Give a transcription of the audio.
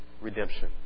redemption